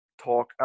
talk